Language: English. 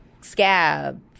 scab